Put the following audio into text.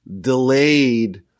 delayed